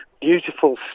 beautiful